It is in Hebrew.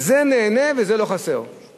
זה נהנה וזה לא חסר,